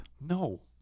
No